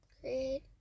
Create